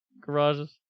garages